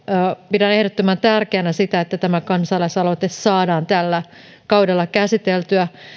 pidän ehdottoman tärkeänä sitä että tämä kansalaisaloite saadaan tällä kaudella käsiteltyä